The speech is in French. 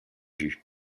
vue